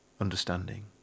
understanding